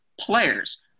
players